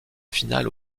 finale